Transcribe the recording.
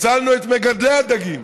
הצלנו את מגדלי הדגים,